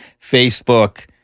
Facebook